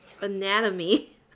anatomy